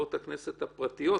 חברות הכנסת הפרטיות,